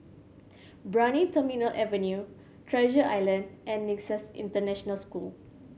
Brani Terminal Avenue Treasure Island and Nexus International School